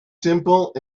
simple